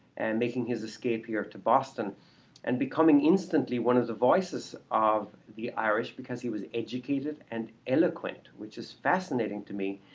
and making his escape here to boston and becoming instantly one of the voices of the irish because he was educated and eloquent which is fascinating to me,